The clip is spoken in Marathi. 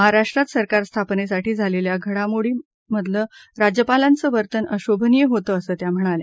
महाराष्ट्रात सरकार स्थापनेसाठी झालेल्या घडामोडींमधलं राज्यपालांचं वर्तन अशोभनीय होतं असं त्या म्हणाल्या